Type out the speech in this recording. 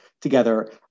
together